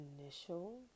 initial